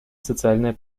социальная